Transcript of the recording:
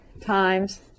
times